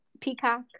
peacock